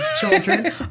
children